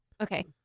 Okay